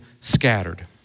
scattered